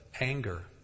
anger